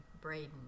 Braden